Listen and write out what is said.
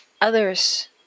others